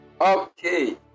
Okay